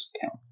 count